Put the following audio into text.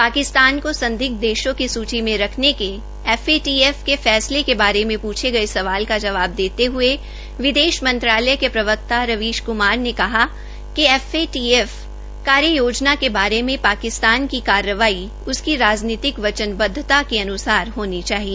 पाकिस्तार को संदिग्ध देशों की सूची में रखने के एफएटीएफ के फैसले के बारे में पूछे गए सवालों का जवाब देते हुए विदेश मंत्रालय के प्रवक्ता रवीश कुमार ने कहा कि एफएटीएफ कार्ययोजना के बारे में पाकिस्तान की कार्यवाई उसकी राजनीतिक वचनबद्धता के अनुसार होनी चाहिए